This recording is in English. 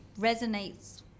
resonates